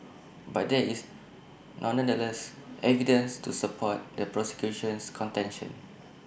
but there is nonetheless evidence to support the prosecution's contention